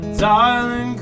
darling